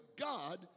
God